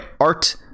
Art